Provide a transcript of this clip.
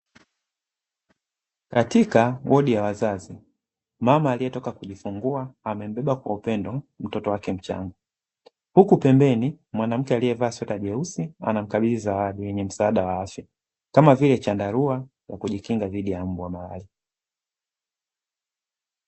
katika wodi ya wazazi mama aliyetoka kujifungua amembeba kwa upendo mtoto wake mchanga huku pembeni mwanamke aliye vaa sweta jeusi anamkabidhi msaadawa vifaa vya afya kama vile chandarua kwa kujikinga zidi ya mbu wa malaria.